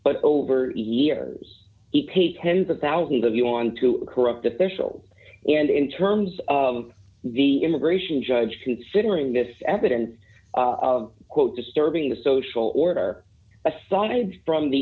but over the years he paid tens of thousands of you onto corrupt officials and in terms of the immigration judge considering this evidence quote disturbing the social order a song from the